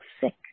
sick